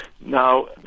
Now